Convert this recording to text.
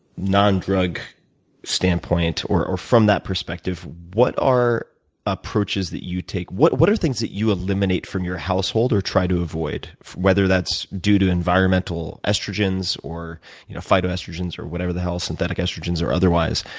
drug standpoint or or from that perspective, what are approaches that you take? what what are things that you eliminate from your household or try to avoid, whether that's due to environmental estrogens, or phytoestrogens or whatever the hell, synthetic estrogens or otherwise?